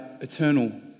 eternal